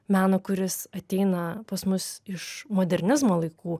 meną kuris ateina pas mus iš modernizmo laikų